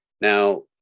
Now